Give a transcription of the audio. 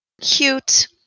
Cute